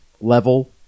level